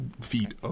feet